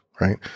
right